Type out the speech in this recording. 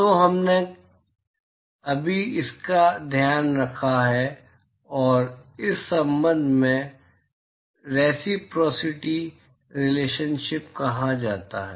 तो हमने अभी इसका ध्यान रखा है और इस संबंध को रेसिप्रोसिटी रिलेशनशिप कहा जाता है